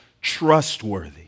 trustworthy